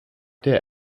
der